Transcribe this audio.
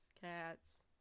cats